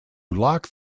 lock